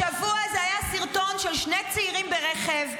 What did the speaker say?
השבוע זה היה סרטון של שני צעירים ברכב,